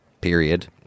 period